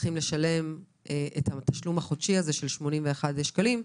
יצטרכו לשלם את התשלום החודשי הזה של 81 שקלים.